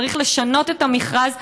צריך לשנות את המכרז.